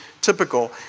typical